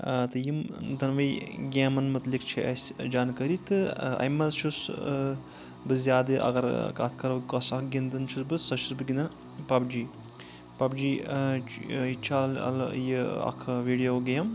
تہٕ یِم دۄنوٕے گیمَن متلِق چھِ اَسہِ جانکٲری تہٕ اَمہِ منٛز چھُس بہٕ زیادٕ اگر کتھ کرو کۄس اَکھ گِنٛدَان چھُس بہٕ سۄ چھُس بہٕ گِنٛدَان پَب جی پب جی یہِ چھُ یہِ اَکھ ویٖڈیو گیم